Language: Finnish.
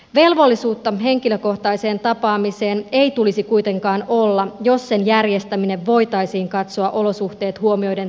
velvollisuutta henkilökohtaiseen tapaamiseen ei tulisi kuitenkaan olla jos sen järjestäminen voitaisiin katsoa olosuhteet huomioiden tarpeettomaksi